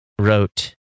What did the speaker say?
wrote